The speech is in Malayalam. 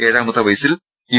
ഏഴാമത്തെ വയസ്സിൽ യു